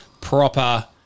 proper